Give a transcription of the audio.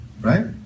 Right